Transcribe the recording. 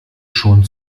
schon